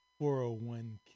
401k